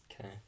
Okay